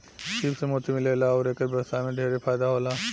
सीप से मोती मिलेला अउर एकर व्यवसाय में ढेरे फायदा होला